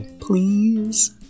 please